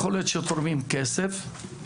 יכול להיות שתורמים כסף,